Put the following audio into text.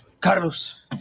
Carlos